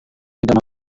tidak